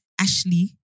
Ashley